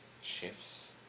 shifts